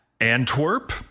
Antwerp